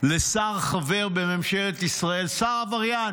לשר חבר בממשלת ישראל, שר עבריין,